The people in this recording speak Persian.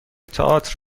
تاتر